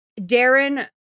Darren